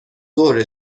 ظهر